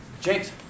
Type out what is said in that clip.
James